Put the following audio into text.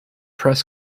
press